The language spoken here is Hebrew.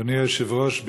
אדוני היושב-ראש,